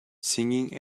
singing